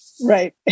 right